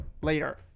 later